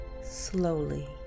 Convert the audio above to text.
slowly